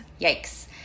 Yikes